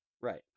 Right